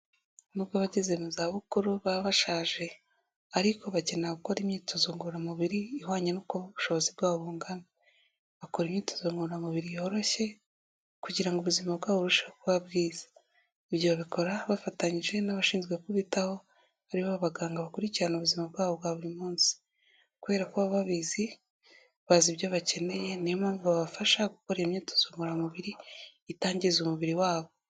Nubwo abageze mu za bukuru baba bashaje, ariko bakeneye gukora imyitozo ngororamubiri ihwanye n'uko ubushobozi bwabo bungana. Bakora imyitozo ngororamubiri yoroshye kugira ngo ubuzima bwabo burusheho kuba bwiza. Ibyo babikora bafatanyije n'abashinzwe kubitaho ari bo baganga bakurikirana ubuzima bwabo bwa buri munsi kubera ko babizi, bazi ibyo bakeneye, niyo mpamvu babafasha gukora imyitozo ngororamubiri itangiza umubiri wabo.